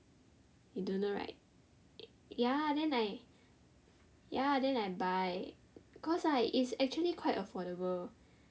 you don't know right ya then I ya then I buy cause like it's actually quite affordable